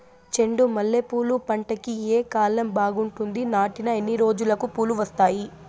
చెండు మల్లె పూలు పంట కి ఏ కాలం బాగుంటుంది నాటిన ఎన్ని రోజులకు పూలు వస్తాయి